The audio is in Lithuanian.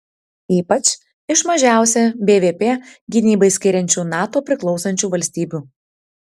ypač iš mažiausią bvp gynybai skiriančių nato priklausančių valstybių